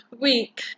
week